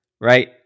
Right